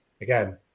again